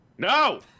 No